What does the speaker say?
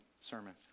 sermon